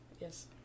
Yes